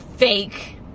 fake